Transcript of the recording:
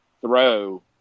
throw